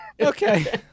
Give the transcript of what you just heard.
Okay